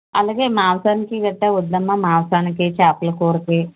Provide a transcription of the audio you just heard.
అలాగే మాంసానికి గట్రా వద్దమ్మా మాంసానికి చేపలకూరకి